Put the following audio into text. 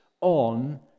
on